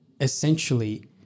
essentially